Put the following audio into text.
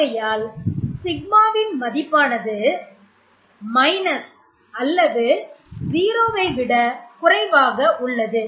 ஆகையால் σ மதிப்பானது "" அல்லது 0 வை விட குறைவாக உள்ளது